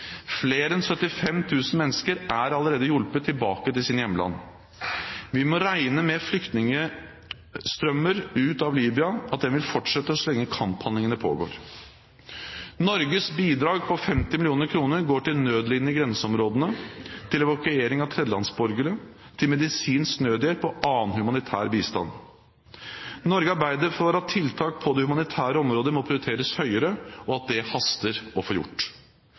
Flere enn 75 000 mennesker er allerede hjulpet tilbake til sine hjemland. Vi må regne med at flyktningstrømmen ut av Libya fortsetter så lenge kamphandlingene pågår. Norges bidrag på 50 mill. kr går til nødlidende i grenseområdene, til evakuering av tredjelandsborgere, til medisinsk nødhjelp og annen humanitær bistand. Norge arbeider for at tiltak på det humanitære området må prioriteres høyere, og det haster.